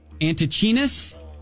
Antichinus